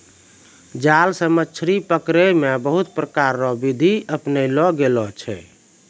जाल से मछली पकड़ै मे बहुत प्रकार रो बिधि अपनैलो गेलो छै